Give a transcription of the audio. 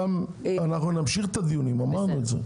אנחנו נמשיך את הדיונים, אמרנו את זה.